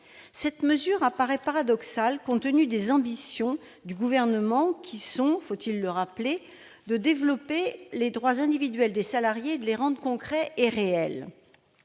Cette mesure paraît paradoxale compte tenu des ambitions du Gouvernement, qui sont de « développer les droits individuels des salariés » et de les rendre « concrets et réels